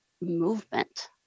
movement